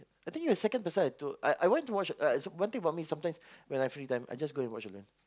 I think you're the second person I told I I went to watch uh so one thing about me sometimes when I free time I just go and watch alone